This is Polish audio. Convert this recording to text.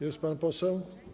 Jest pan poseł?